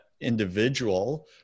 individual